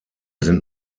sind